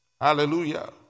Hallelujah